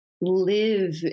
live